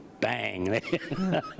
Bang